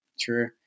True